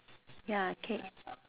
ya okay